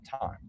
time